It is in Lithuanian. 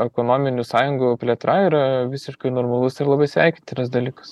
ekonominių sąjungų plėtra yra visiškai normalus ir labai sveikintinas dalykas